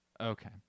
Okay